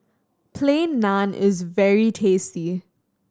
Plain Naan is very tasty